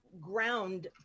ground